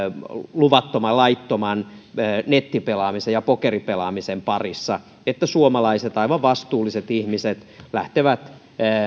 luvattoman laittoman nettipelaamisen ja pokerin pelaamisen parissa että suomalaiset aivan vastuulliset ihmiset lähtevät